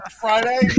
Friday